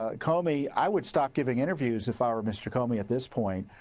ah comey, i would stop giving interviews if i were mr. comey at this point.